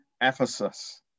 Ephesus